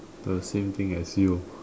the same thing as you